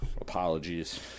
apologies